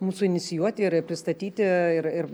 mūsų inicijuoti ir pristatyti ir ir